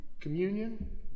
communion